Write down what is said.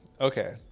Okay